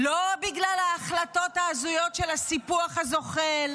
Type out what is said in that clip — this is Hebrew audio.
לא בגלל ההחלטות ההזויות של הסיפוח הזוחל,